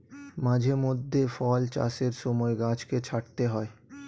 মাঝে মধ্যে ফল চাষের সময় গাছকে ছাঁটতে হয়